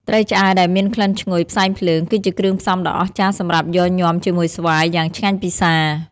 ត្រីឆ្អើរដែលមានក្លិនឈ្ងុយផ្សែងភ្លើង គឺជាគ្រឿងផ្សំដ៏អស្ចារ្យសម្រាប់យកញាំជាមួយស្វាយ យ៉ាងឆ្ងាញ់ពិសា។